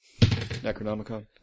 Necronomicon